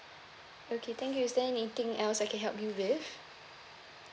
okay thank you is there anything else I can help you with